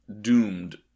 doomed